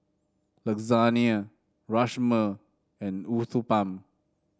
Lasagne Rajma and Uthapam